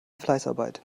fleißarbeit